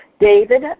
David